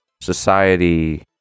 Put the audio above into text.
society